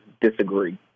disagree